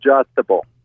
adjustable